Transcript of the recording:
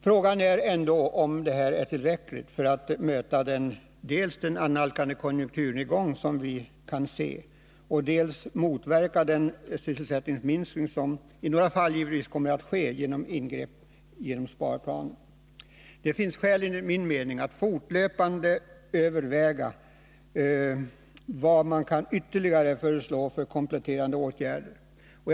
Frågan är ändå om det här är tillräckligt för att man skall dels kunna möta den annalkande konjunkturnedgång som vi kan skönja, dels motverka den sysselsättningsminskning som i några fall givetvis kommer att ske genom ingrepp i enlighet med sparplanen. Det finns skäl, enligt min mening, att fortlöpande överväga vilka kompletterande åtgärder man ytterligare kan föreslå.